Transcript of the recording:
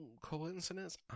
coincidence